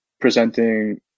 presenting